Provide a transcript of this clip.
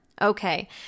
Okay